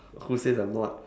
who says I'm not